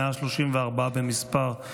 134 במספר,